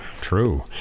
true